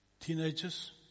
Teenagers